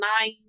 nine